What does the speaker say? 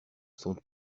son